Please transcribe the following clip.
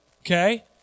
Okay